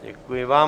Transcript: Děkuji vám.